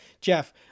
jeff